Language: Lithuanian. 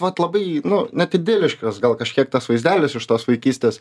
vat labai nu net idiliškas gal kažkiek tas vaizdelis iš tos vaikystės